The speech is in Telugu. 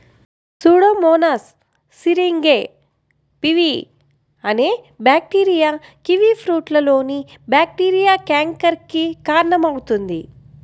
సూడోమోనాస్ సిరింగే పివి అనే బ్యాక్టీరియా కివీఫ్రూట్లోని బ్యాక్టీరియా క్యాంకర్ కి కారణమవుతుంది